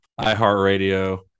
iHeartRadio